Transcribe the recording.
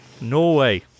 Norway